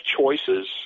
choices